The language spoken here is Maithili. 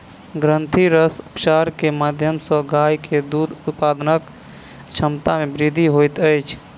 ग्रंथिरस उपचार के माध्यम सॅ गाय के दूध उत्पादनक क्षमता में वृद्धि होइत अछि